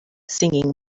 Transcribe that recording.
singing